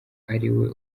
ariwe